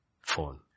phone